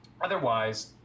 otherwise